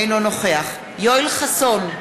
אינו נוכח יואל חסון,